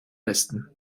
besten